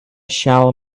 shall